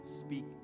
speak